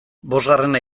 bosgarrena